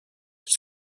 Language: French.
qui